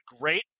great